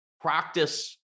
practice